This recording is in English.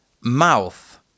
Mouth